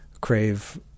crave